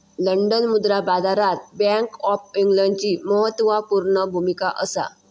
London मुद्रा बाजारात bank of इंग्लंडची म्हत्त्वापूर्ण भुमिका असा